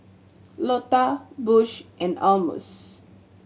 Lota Bush and Almus